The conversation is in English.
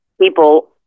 People